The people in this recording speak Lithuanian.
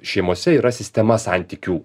šeimose yra sistema santykių